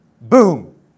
Boom